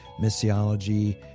missiology